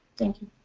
thank you.